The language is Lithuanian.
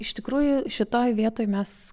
iš tikrųjų šitoj vietoj mes